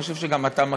אני חושב שגם אתה מכיר.